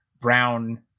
brown